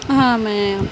ہاں میں